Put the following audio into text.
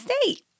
state